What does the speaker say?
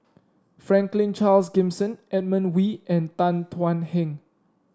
Franklin Charles Gimson Edmund Wee and Tan Thuan Heng